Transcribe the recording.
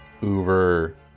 uber